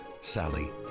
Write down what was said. Sally